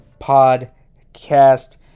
podcast